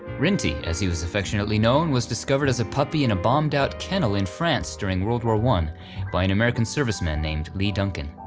rinty, as he was affectionately known, was discovered as a puppy in a bombed-out kennel in france during world war i by an american serviceman named lee duncan.